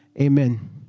Amen